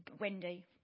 Wendy